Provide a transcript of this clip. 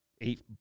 eight